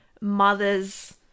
mother's